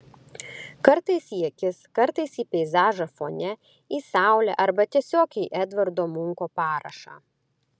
kartais į akis kartais į peizažą fone į saulę arba tiesiog į edvardo munko parašą